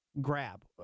grab